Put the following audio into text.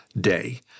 day